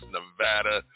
Nevada